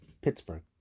Pittsburgh